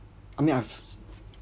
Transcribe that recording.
I mean I've